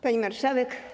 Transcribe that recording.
Pani Marszałek!